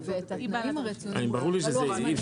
אוקיי,